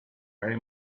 very